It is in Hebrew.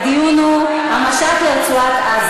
הדיון הוא: המשט לרצועת-עזה.